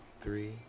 three